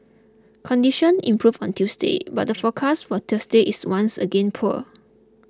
conditions improved on Tuesday but the forecast for Thursday is once again poor